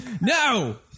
No